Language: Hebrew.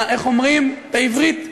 איך אומרים בעברית?